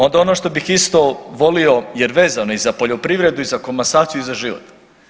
Onda ono što bih isto volio jer vezano je i za poljoprivredu i za komasaciju i za život.